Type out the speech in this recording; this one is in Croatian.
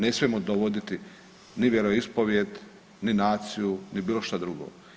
Ne smijemo dovoditi ni vjeroispovijed ni naciju ni bilo što drugo.